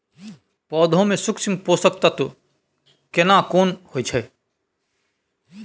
पौधा में सूक्ष्म पोषक तत्व केना कोन होय छै?